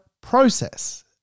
process